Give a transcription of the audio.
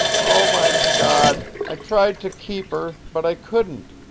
oh, my god i tried to keep her, but i couldn't.